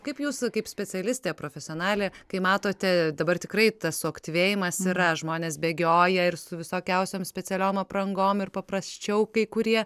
kaip jūs kaip specialistė profesionalė kai matote dabar tikrai tas suaktyvėjimas yra žmonės bėgioja ir su visokiausiom specialiom aprangom ir paprasčiau kai kurie